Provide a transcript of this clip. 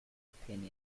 opinion